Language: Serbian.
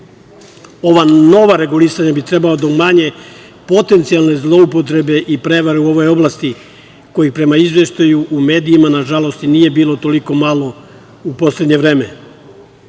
Ova nova regulisanja bi trebala da umanje potencijalne zloupotrebe i prevare u ovoj oblasti, kojih prema izveštaju u medijima, nažalost, nije bilo toliko malo u poslednje vreme.No,